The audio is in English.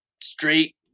straight